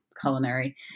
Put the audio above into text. culinary